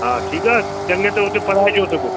हा ठीकु आहे चङीअ तरह हुते पढ़ाइजोसि बि